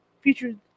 featured